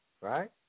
Right